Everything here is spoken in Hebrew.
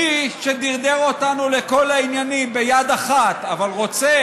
מי שדרדר אותנו לכל העניינים ביד אחת רוצה